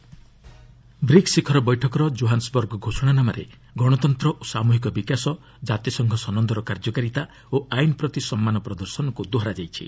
PM BRICS BRICS ଶିଖର ବୈଠକର Johannesburg ଘୋଷଣାନାମାରେ ଗଶତନ୍ତ ଓ ସାମ୍ବହିକ ବିକାଶ ଜାତିସଂଘ ସନନ୍ଦର କାର୍ଯ୍ୟକାରିତା ଓ ଆଇନ ପ୍ରତି ସମ୍ମାନ ପ୍ରଦର୍ଶନ କୁ ଦୋହରା ଯାଇଛି